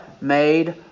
made